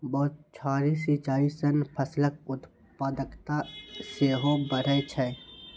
बौछारी सिंचाइ सं फसलक उत्पादकता सेहो बढ़ै छै